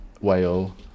Whale